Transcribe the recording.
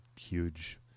huge